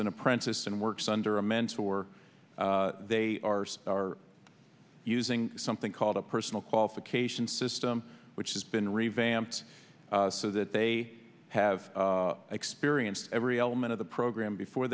an apprentice and works under a mentor they are using something called a personal qualification system which has been revamped so that they have experience every element of the program before